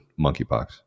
monkeypox